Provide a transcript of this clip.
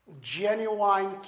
Genuine